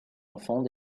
enfant